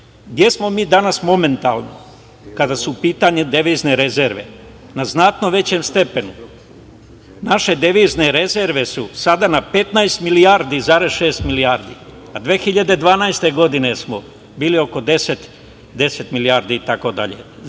Gde smo mi danas momentalno? Kada su u pitanju devizne rezerve, na znatno većem stepenu, naše devizne rezerve su sada na 15,6 milijardi, a 2012. godine smo bili oko 10 milijardi.